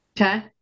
okay